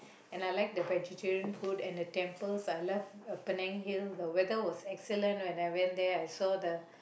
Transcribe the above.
and I like the vegetarian food and the temples but I love the Penang hill the weather was excellent when I went there I saw the